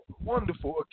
wonderful